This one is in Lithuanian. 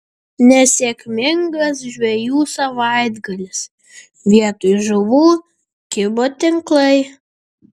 nesėkmingas žvejų savaitgalis vietoj žuvų kibo tinklai